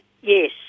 Yes